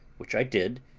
which i did,